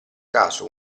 caso